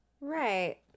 Right